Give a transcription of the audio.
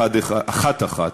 אחת-אחת,